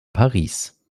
paris